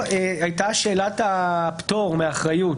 הייתה שאלת הפטור מאחריות.